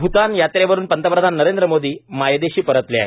भ्टान यात्रेवरून पंतप्रधान नरेंद्र मोदी मायदेशी परतले आहेत